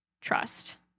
trust